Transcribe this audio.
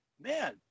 man